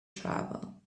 travel